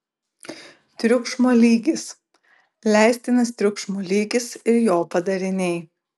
triukšmo lygis leistinas triukšmo lygis ir jo padariniai